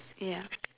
yep